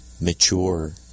mature